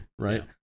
right